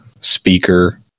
speaker